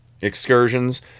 excursions